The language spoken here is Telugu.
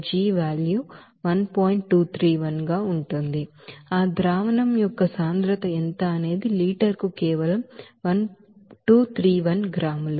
ఆ సొల్యూషన్ యొక్క ಡೆನ್ಸಿಟಿ ఎంత అనేది లీటరుకు కేవలం 1231 గ్రాములు